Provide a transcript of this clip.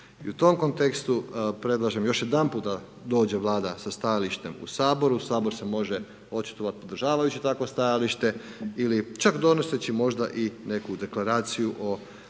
I u tom kontekstu predlažem još jedanput da dođe Vlada sa stajalištem u Sabor, u Saboru se može očitovati podržavajući takvo stajalište ili čak donoseći možda i neku deklaraciju o položaju